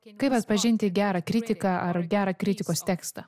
kaip atpažinti gerą kritiką ar gerą kritikos tekstą